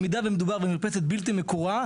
לראות בוועדות המקומיות ייצור לא בשל,